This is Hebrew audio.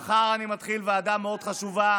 מחר אני מתחיל ועדה מאוד חשובה